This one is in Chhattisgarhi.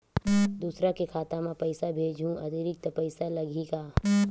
दूसरा के खाता म पईसा भेजहूँ अतिरिक्त पईसा लगही का?